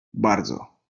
bardzo